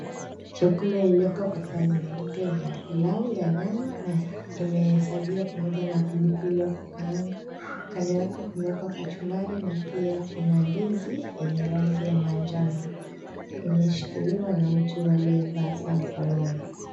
Chakula iliyoko kwa sahani nyeupe ni ya pilau ya nyama na imeserviwa pamoja na pilipili wa kukaanga. Kando yake kumewekwa kachumbari na pia kuna ndizi yenye rangi ya manjano. Imeshikiliwa na mtu aliyevaa saa mkononi .